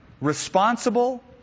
responsible